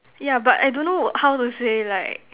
yeah but I don't know how to say like